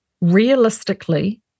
realistically